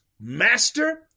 master